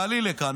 תעלי לכאן,